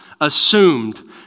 assumed